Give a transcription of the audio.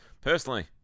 personally